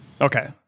Okay